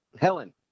Helen